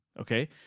Okay